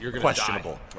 questionable